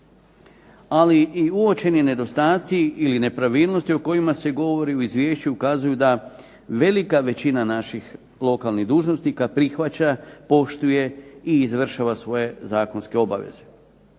ali i uočeni nedostatci ili nepravilnosti o kojima se govori u izvješću ukazuju da velika većina naših lokalnih dužnosnika prihvaća, poštuje i izvršava svoje zakonske obaveze.